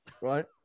Right